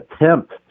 attempt